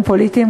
ממשיכות,